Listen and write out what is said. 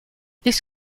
this